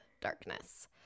darkness